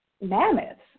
mammoths